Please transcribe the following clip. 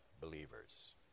believers